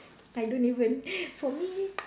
I don't even for me